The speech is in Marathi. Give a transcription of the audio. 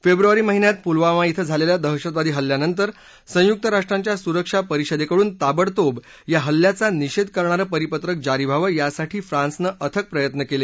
फेब्रुवारी महिन्यात पुलवामा क्षे झालेल्या दहशतवादी हल्ल्यानंतर संयुक्त राष्ट्रांच्या सुरक्षा परिषदेकडून ताबडतोब या हल्ल्याचा निषेध करणारं परिपत्रक जारी व्हावं यासाठी फ्रान्सनं अथक प्रयत्न केले